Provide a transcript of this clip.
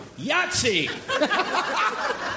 Yahtzee